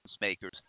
makers